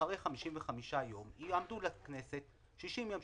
אחרי 55 יום יועמדו לכנסת 60 ימים